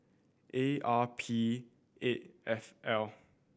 A R P eight F L